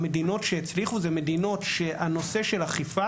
המדינות שהצליחו זה מדינות שהנושא של אכיפה